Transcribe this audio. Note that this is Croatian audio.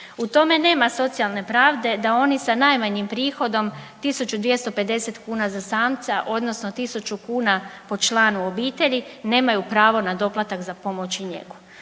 U tome nema socijalne pravde, da oni sa najmanjim prihodom 1250 kuna za samca, odnosno 1000 kuna po članu obitelji nemaju pravo na doplatak za pomoć i njegu.